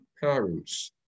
parents